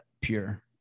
pure